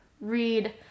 read